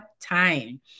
time